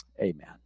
Amen